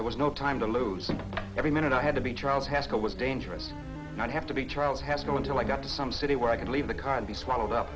there was no time to lose and every minute i had to be charles haskell was dangerous not have to be trials has to go until i got to some city where i could leave the car and be swallowed up